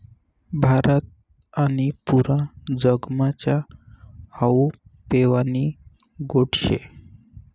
भारत आणि पुरा जगमा च्या हावू पेवानी गोट शे